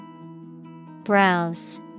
Browse